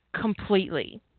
completely